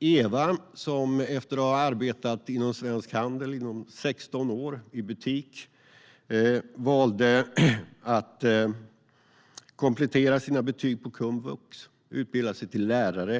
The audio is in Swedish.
Eva valde, efter att ha arbetat i butik inom svensk handel i 16 år, att komplettera sina betyg på komvux och utbilda sig till lärare.